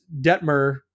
Detmer